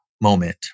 Moment